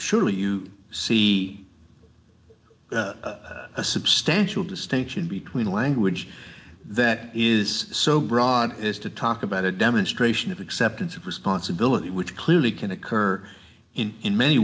surely you see a substantial distinction between language that is so broad is to talk about a demonstration of acceptance of responsibility which clearly can occur in in many